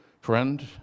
Friend